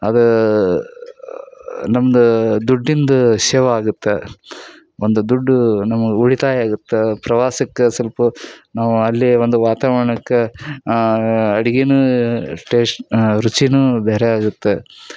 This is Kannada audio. ಅದು ನಮ್ದು ದುಡ್ಡಿಂದು ವಿಷ್ಯವಾಗುತ್ತೆ ಒಂದು ದುಡ್ಡು ನಮಗೆ ಉಳಿತಾಯ ಆಗುತ್ತೆ ಪ್ರವಾಸಕ್ಕೆ ಸ್ವಲ್ಪ ನಾವು ಅಲ್ಲೇ ಒಂದು ವಾತಾವರ್ಣಕ್ಕೆ ಅಡಿಗೆಯೂ ಸ್ಟೇಷ್ ರುಚಿಯೂ ಬೇರೆ ಆಗುತ್ತೆ